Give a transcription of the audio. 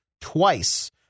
twice